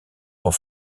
pour